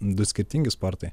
du skirtingi sportai